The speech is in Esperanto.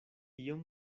iom